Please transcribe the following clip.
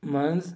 منٛز